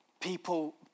people